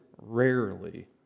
rarely